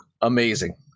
amazing